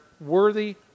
worthy